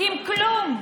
עם כלום,